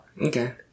Okay